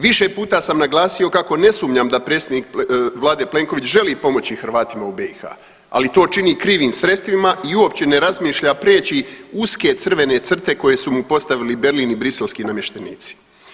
Više puta sam naglasio kako ne sumnjam da predsjednik vlade Plenković želi pomoći Hrvatima u BiH, ali to čini krivim sredstvima i uopće ne razmišlja preći uske crvene crte koje su mu postavili Berlin i briselski namještenici.